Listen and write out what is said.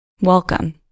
Welcome